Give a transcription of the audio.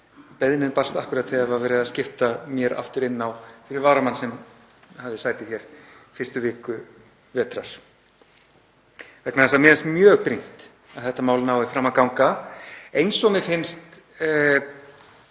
beiðnin barst akkúrat þegar verið var að skipta mér aftur inn á fyrir varamann sem hafði sæti hér fyrstu viku vetrar. Mér finnst mjög brýnt að þetta mál nái fram að ganga eins og mér finnst